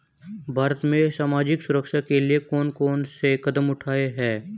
भारत में सामाजिक सुरक्षा के लिए कौन कौन से कदम उठाये हैं?